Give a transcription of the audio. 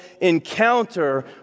encounter